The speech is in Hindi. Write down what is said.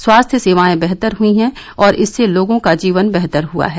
स्वास्थ्य सेवाए बेहतर हुई हैं और इससे लोगों का जीवन बेहतर हुआ है